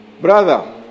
Brother